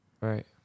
Right